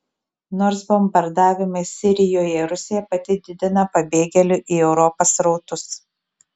nors bombardavimais sirijoje rusija pati didina pabėgėlių į europą srautus